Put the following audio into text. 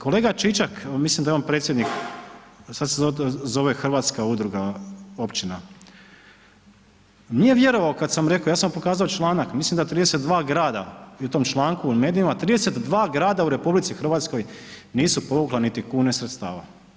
Kolega Čičak, mislim da je on predsjednik, sada se to zove Hrvatska udruga općina, nije vjerovao kada sam rekao, ja sam pokazao članak, mislim da 32 grada i u tom članku i u medijima, 32 grada u RH nisu povukla niti kune sredstava.